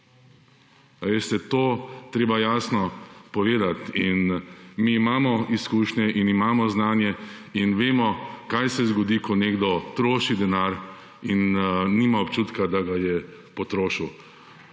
veste, to treba jasno povedat. In mi imamo izkušnje in imamo znanje in vemo, kaj se zgodi, ko nekdo troši denar in nima občutka, da ga je potrošil.